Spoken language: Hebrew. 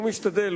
הוא משתדל,